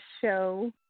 show